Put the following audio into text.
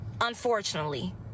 unfortunately